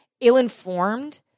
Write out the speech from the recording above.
ill-informed